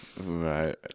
Right